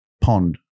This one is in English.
pond